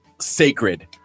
sacred